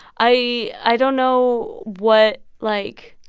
i i don't know what like,